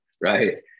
right